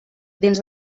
dins